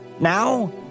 Now